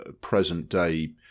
present-day